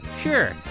Sure